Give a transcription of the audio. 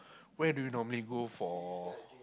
where do you normally go for